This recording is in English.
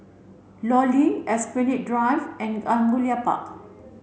Law Link Esplanade Drive and Angullia Park